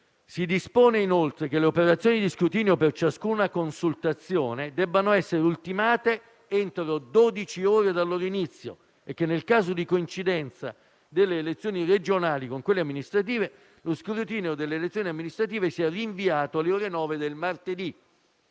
Si dispone inoltre che le operazioni di scrutinio per ciascuna consultazione debbano essere ultimate entro dodici ore dal loro inizio e che, nel caso di coincidenza delle elezioni regionali con quelle amministrative, lo scrutinio delle elezioni amministrative sia rinviato alle ore 9 del martedì,